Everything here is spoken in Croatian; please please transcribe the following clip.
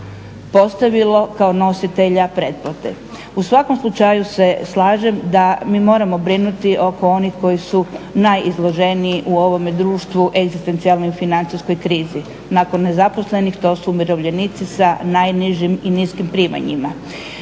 U svakom slučaju se slažem da mi moramo brinuti oko onih koji su najizloženiji u ovome društvu egzistencijalnoj i financijskoj krizi. Nakon nezaposlenih to su umirovljenici sa najnižim i niskim primanjima.